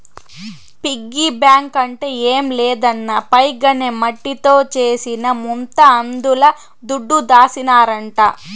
piggy bank అంటే ఏం లేదన్నా పైగ్ అనే మట్టితో చేసిన ముంత అందుల దుడ్డు దాసినారంట